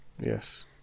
yes